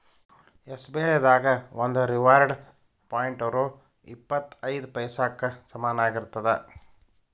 SBI ದಾಗ ಒಂದು reward point ರೊ ಇಪ್ಪತ್ ಐದ ಪೈಸಾಕ್ಕ ಸಮನಾಗಿರ್ತದ